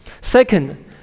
Second